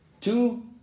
Two